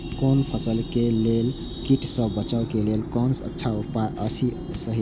कोनो फसल के लेल कीट सँ बचाव के लेल कोन अच्छा उपाय सहि अछि?